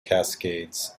cascades